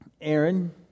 Aaron